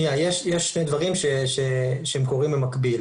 יש שני דברים שקורים במקביל.